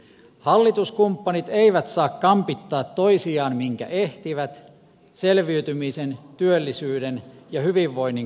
hallituskumppanit eivät saa kampittaa toisiaan minkä ehtivät selviytymisen työllisyyden ja hyvinvoinnin kustannuksella